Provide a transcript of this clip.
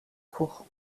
cour